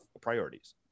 priorities